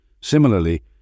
Similarly